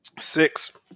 Six